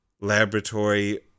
laboratory